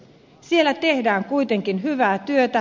siellä tehdään kuitenkin hyvää työtä